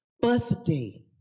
birthday